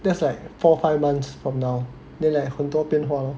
that's like four or five months from now then like 很多便化了